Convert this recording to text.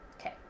okay